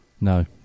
No